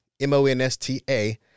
M-O-N-S-T-A